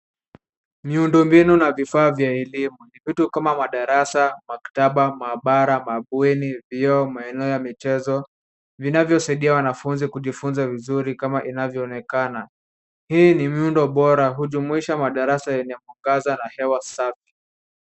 Miundombinu na vifaa vya elimu ni vitu kama darasa, maktaba, maabara, mabweni, vyoo, maeneo ya michezo vinavyosaidia wanafunzi kujifunza vizuri kama inavyoonekana. Hii ni miundo bora, hujumuisha madarasa yenye mwangaza na hewa safi.